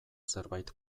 zerbait